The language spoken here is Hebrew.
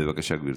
בבקשה, גברתי.